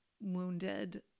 wounded